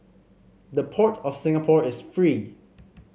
the Port of Singapore is free